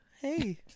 Hey